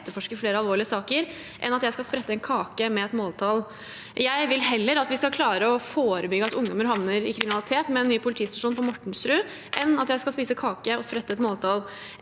etterforske flere alvorlige saker, enn at jeg skal sprette en kake i forbindelse med et måltall. Jeg vil heller at vi skal klare å forebygge at ungdommer havner i kriminalitet, med en ny politistasjon på Mortensrud, enn at jeg skal spise kake i forbindelse med et måltall.